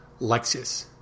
Lexus